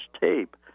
tape